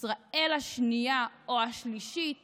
ישראל השנייה או השלישית